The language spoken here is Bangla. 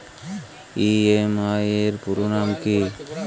ই.এম.আই এর পুরোনাম কী?